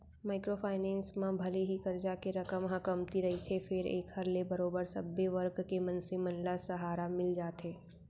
micro finance म भले ही करजा के रकम ह कमती रहिथे फेर एखर ले बरोबर सब्बे वर्ग के मनसे मन ल सहारा मिल जाथे